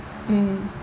mm